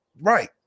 Right